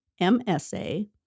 MSA